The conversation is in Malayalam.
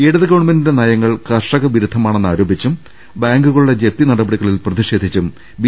ഇടതു ഗവൺമെന്റിന്റെ നയങ്ങൾ കർഷക വിരുദ്ധമാണെന്ന് ആരോ പിച്ചും ബാങ്കുകളുടെ ജപ്തി നടപടികളിൽ പ്രതിഷേധിച്ചും ബി